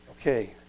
Okay